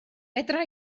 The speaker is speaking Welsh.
fedra